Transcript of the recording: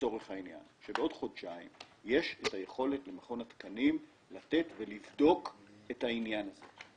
לצורך העניין יש יכולת למכון התקנים לבדוק את העניין הזה.